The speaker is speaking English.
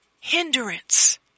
hindrance